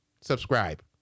Subscribe